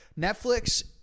Netflix